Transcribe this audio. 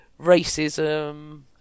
racism